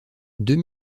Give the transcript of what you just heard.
deux